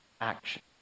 action